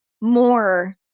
more